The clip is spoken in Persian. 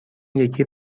یکی